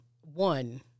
One